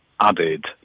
added